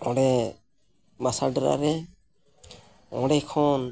ᱚᱸᱰᱮ ᱵᱟᱥᱟ ᱰᱮᱨᱟ ᱨᱮ ᱚᱸᱰᱮ ᱠᱷᱚᱱ